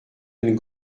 une